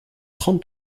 trente